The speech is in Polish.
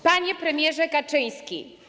Panie Premierze Kaczyński!